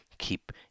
keep